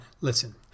listen